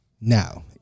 Now